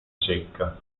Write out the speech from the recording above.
secca